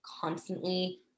constantly